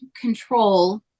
control